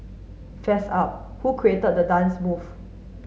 fess up who created the dance move